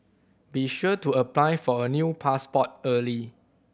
be sure to apply for a new passport early